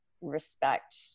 respect